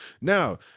Now